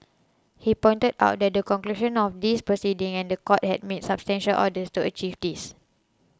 he pointed out that the conclusion of these proceedings and the court had made substantial orders to achieve this